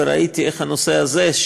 וראיתי איך הנושא הזה,